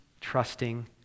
trusting